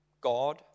God